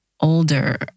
older